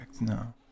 no